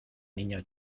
niña